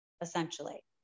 essentially